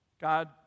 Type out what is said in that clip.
God